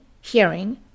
hearing